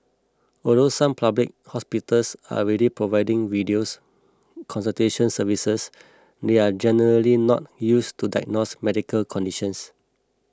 although some public hospitals are already providing videos consultations services they are generally not used to diagnose medical conditions